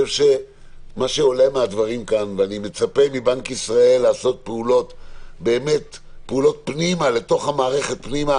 האנשים שלכם מתפעלים את העניין הזה.